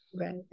right